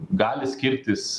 gali skirtis